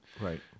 Right